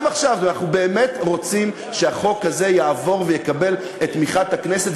גם עכשיו אנחנו באמת רוצים שהחוק הזה יעבור ויקבל את תמיכת הכנסת,